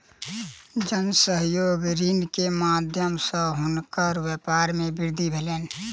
जन सहयोग ऋण के माध्यम सॅ हुनकर व्यापार मे वृद्धि भेलैन